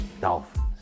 Dolphins